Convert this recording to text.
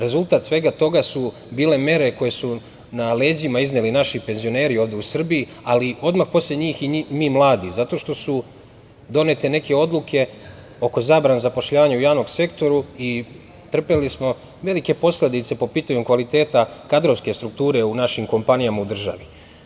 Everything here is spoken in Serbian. Rezultat svega toga su bile mere koje su na leđima izneli naši penzioneri ovde u Srbiji, ali odmah posle njih i mi mladi, zato što su donete neke odluke oko zabrane zapošljavanja u javnom sektoru i trpeli smo velike posledice po pitanju kvaliteta kadrovske strukture u našim kompanijama u državi.